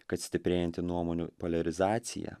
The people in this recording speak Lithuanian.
kad stiprėjanti nuomonių poliarizacija